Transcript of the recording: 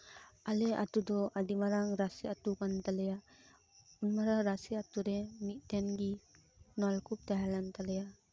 ᱟᱞᱮ ᱟᱹᱛᱩ ᱫᱚ ᱟᱹᱰᱤ ᱢᱟᱨᱟᱝ ᱨᱟᱥᱤ ᱟᱹᱛᱩ ᱠᱟᱱ ᱛᱟᱞᱮᱭᱟ ᱩᱱ ᱢᱟᱨᱟᱝ ᱨᱟᱥᱤ ᱟᱹᱛᱩ ᱨᱮ ᱢᱤᱫᱴᱮᱱ ᱜᱮ ᱱᱚᱞᱠᱩᱯ ᱛᱟᱦᱮᱸᱞᱮᱱ ᱛᱟᱞᱮᱭᱟ